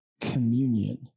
communion